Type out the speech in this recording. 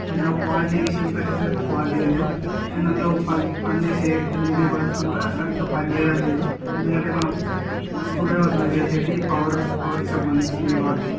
and quality విషయంకి వచ్చేసరికి క్వాలిటీగా లేవు అండ్ పని చేసే ఎల్ఈడి బుల్బ్స్ కూడా సరిగ్గా పని చేయడం లేదు ఎందుకంటే మనం ఆ స్కూ డ్రైవర్స్ యూజ్ చేసేటి పవర్ పవర్కు సంబంధించినేవి కాబట్టి